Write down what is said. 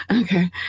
okay